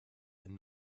and